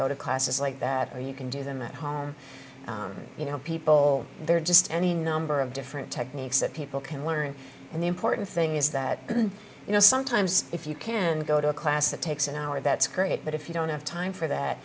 go to classes like that or you can do them at home you know people there are just any number of different techniques that people can learn and the important thing is that you know sometimes if you can go to a class that takes an hour that's great but if you don't have time for that